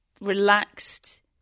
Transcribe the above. relaxed